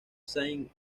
saint